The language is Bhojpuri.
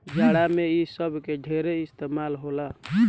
जाड़ा मे इ सब के ढेरे इस्तमाल होला